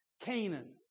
Canaan